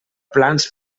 plans